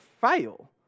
fail